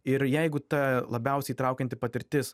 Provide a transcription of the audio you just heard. ir jeigu ta labiausiai įtraukianti patirtis